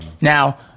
Now